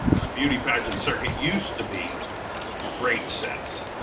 the beauty pageant circuit used to be great sets.